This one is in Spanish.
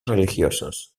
religiosos